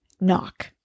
knock